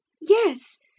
Yes